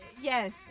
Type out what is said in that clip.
Yes